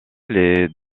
les